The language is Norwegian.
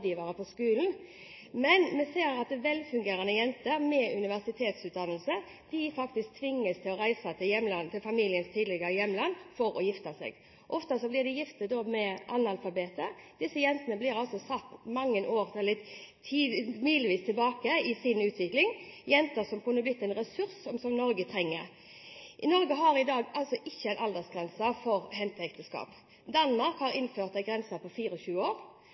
på skolen. Men vi ser at velfungerende jenter med universitetsutdannelse faktisk tvinges til å reise til familiens tidligere hjemland for å gifte seg. Ofte blir de gift med analfabeter. Disse jentene blir altså satt mange år, eller milevis, tilbake i sin utvikling – jenter som kunne blitt en ressurs, og som Norge trenger. Norge har i dag ikke aldersgrense for henteekteskap, Danmark har innført en grense på 24 år.